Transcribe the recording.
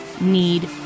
need